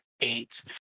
eight